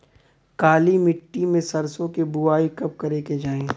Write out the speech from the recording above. काली मिट्टी में सरसों के बुआई कब करे के चाही?